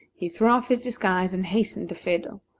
he threw off his disguise and hastened to phedo.